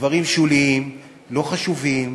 בדברים שוליים, לא חשובים,